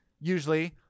usually